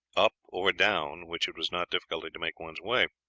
up or down which it was not difficult to make one's way.